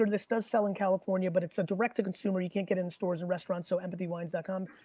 this does sell in california, but it's a direct to consumer you can't get in the stores and restaurants so empathywines com.